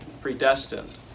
Predestined